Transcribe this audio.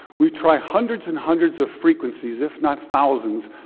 we try hundreds and hundreds of frequencies, if not thousands,